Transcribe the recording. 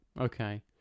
Okay